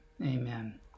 amen